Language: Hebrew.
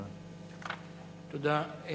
תודה.